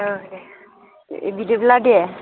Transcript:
दे बिदिब्ला दे